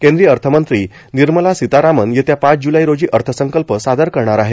केंद्रीय अर्थमंत्री निर्मला सीतारामन येत्या पाच ज्लै रोजी अर्थसंकल्प सादर करणार आहेत